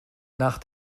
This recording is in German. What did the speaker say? nach